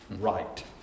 right